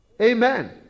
Amen